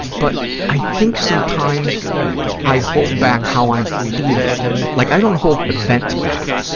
but i think sometimes i hold back how i'm feeling. like, i don't hold events back.